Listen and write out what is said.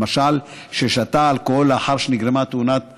למשל ששתה אלכוהול לאחר שנגרמה תאונת דרכים,